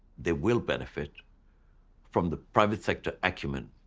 they will benefit from the private sector acumen,